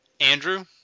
Andrew